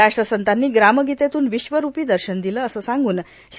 राष्ट्रसंतांनी ग्रामगीतेतून विश्वरूपी दर्शन दिले असे सांगून श्री